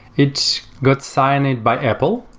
it got signed by apple,